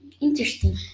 interesting